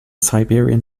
siberian